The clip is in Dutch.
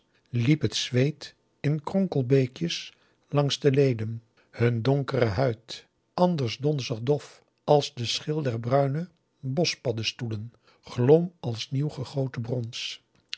liep het zweet in kronkelbeekjes langs de leden hun donkere huid anders donzig dof als de schil der bruine boschpaddestoelen glom als nieuwgegoten brons